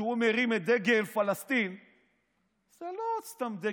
כשהוא מרים את דגל פלסטין זה לא סתם דגל,